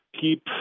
keep